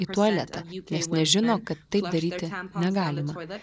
į tualetą nes nežino kad taip daryti negalima